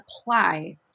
apply